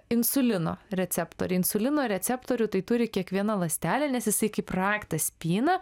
insulino receptoriai insulino receptorių tai turi kiekviena ląstelė nes jisai kaip raktas spyną